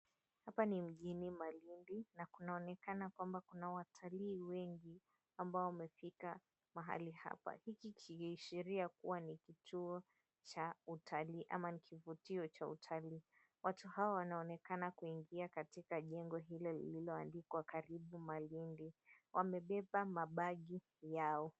Hapa ni mjini malindi na kunaonekana kwamba kuna watalii wengi ambao wamefika mahali hapa, hiki kikiashiria kuwa ni kituo cha utalii ama ni kivutio cha utalii. Watu hawa wanaonekana kuingia katika jengo hilo lililoandikwa karibu 𝑀alindi. Wamebeba mabegi yao.